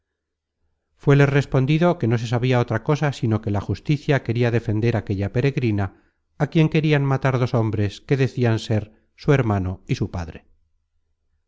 aquellas voces fuéles respondido que no se sabia otra cosa sino que la justicia queria defender aquella peregrina á quien querian matar dos hombres que decian ser su hermano y su padre